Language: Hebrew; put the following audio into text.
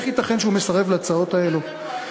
איך ייתכן שהוא מסרב להצעות האלה?